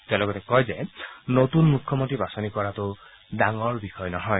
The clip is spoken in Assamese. তেওঁ লগতে কয় যে নতূন মুখ্যমন্তী বাছনি কৰাটো ডাঙৰ বিষয় নহয়